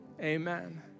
Amen